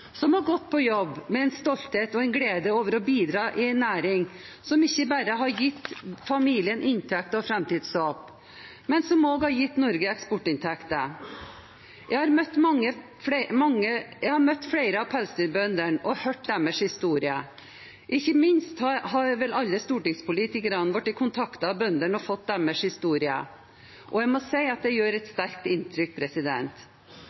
som har gått på jobb med en stolthet og en glede over å bidra i en næring som ikke bare har gitt familien inntekt og framtidshåp, men som også har gitt Norge eksportinntekter. Jeg har møtt flere av pelsdyrbøndene og hørt deres historier. Ikke minst har vel alle stortingspolitikerne blitt kontaktet av bøndene og fått deres historier, og jeg må si at det gjør et